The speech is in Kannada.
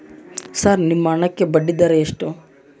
ಸರ್ ನಿಮ್ಮ ಹಣಕ್ಕೆ ಬಡ್ಡಿದರ ಎಷ್ಟು?